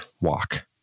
Walk